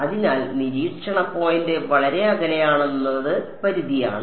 അതിനാൽ നിരീക്ഷണ പോയിന്റ് വളരെ അകലെയാണെന്നത് പരിധിയാണ്